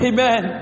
Amen